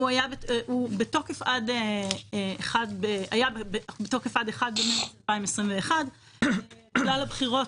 הוא היה בתוקף עד 1 במרס 2021. בגלל הבחירות,